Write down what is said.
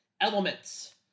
Elements